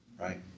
right